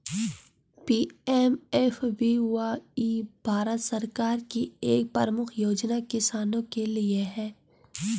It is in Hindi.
पी.एम.एफ.बी.वाई भारत सरकार की एक प्रमुख योजना किसानों के लिए है